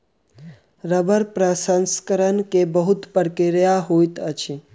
रबड़ प्रसंस्करण के बहुत प्रक्रिया होइत अछि